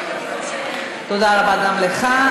תודה רבה גם לך.